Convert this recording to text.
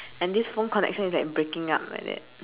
and this phone connection is like breaking up like that